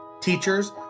teachers